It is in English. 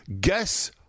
guess